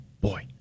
boy